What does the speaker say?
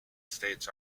states